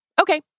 Okay